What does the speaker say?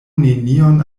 nenion